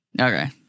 Okay